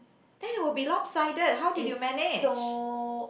then will be lopsided how did you manage